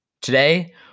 Today